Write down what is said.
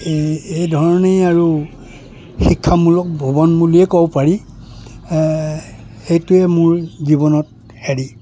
এই এই ধৰণেই আৰু শিক্ষামূলক ভ্ৰমণ বুলিয়েই ক'ব পাৰি সেইটোৱে মোৰ জীৱনত হেৰি